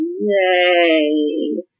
Yay